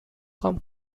com